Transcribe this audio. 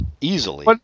Easily